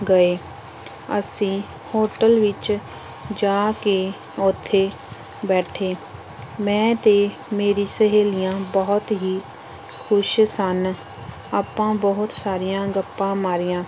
ਗਏ ਅਸੀਂ ਹੋਟਲ ਵਿੱਚ ਜਾ ਕੇ ਉੱਥੇ ਬੈਠੇ ਮੈਂ ਅਤੇ ਮੇਰੀ ਸਹੇਲੀਆਂ ਬਹੁਤ ਹੀ ਖੁਸ਼ ਸਨ ਆਪਾਂ ਬਹੁਤ ਸਾਰੀਆਂ ਗੱਪਾਂ ਮਾਰੀਆਂ